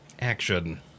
action